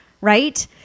right